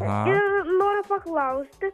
ne noriu paklausti